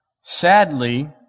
Sadly